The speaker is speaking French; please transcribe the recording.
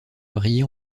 briller